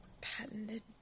patented